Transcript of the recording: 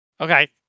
Okay